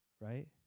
right